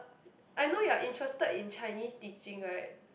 I know you are interested in Chinese teaching right